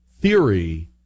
theory